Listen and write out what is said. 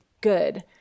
good